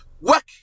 Work